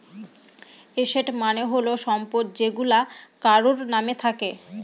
asset মানে হল সম্পদ যেইগুলা কারোর নাম থাকে